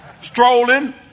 Strolling